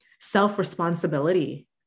self-responsibility